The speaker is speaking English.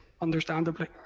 understandably